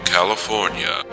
California